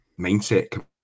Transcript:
mindset